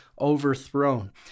overthrown